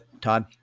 Todd